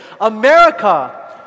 America